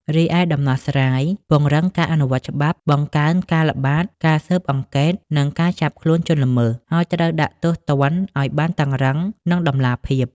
រីឯដំណោះស្រាយពង្រឹងការអនុវត្តច្បាប់ បង្កើនការល្បាត ការស៊ើបអង្កេត និងការចាប់ខ្លួនជនល្មើស ហើយត្រូវដាក់ទោសទណ្ឌឱ្យបានតឹងរ៉ឹង និងតម្លាភាព។